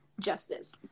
justice